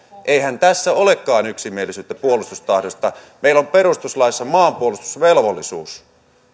eihän tässä olekaan yksimielisyyttä puolustustahdosta meillä on perustuslaissa maanpuolustusvelvollisuus